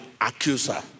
accuser